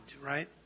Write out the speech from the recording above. right